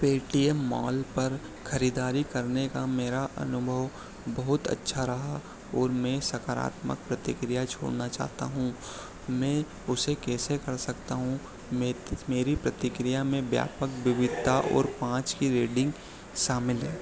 Paytm mall पर खरीदारी करने का मेरा अनुभव बहुत अच्छा रहा और मैं सकारात्मक प्रतिक्रिया छोड़ना चाहता हूँ मैं उसे कैसे कर सकता हूँ मेरी प्रतिक्रिया में व्यापक विविधता और पाँच की रेटिन्ग शामिल है